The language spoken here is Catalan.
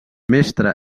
mestre